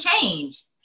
change